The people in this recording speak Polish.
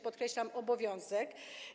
Podkreślam: obowiązek.